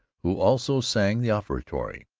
who also sang the offertory.